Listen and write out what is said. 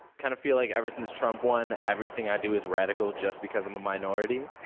kind of feel like ever since trump won, everything i do is radical just because i'm a minority.